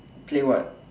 play what